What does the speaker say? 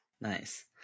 nice